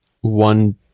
one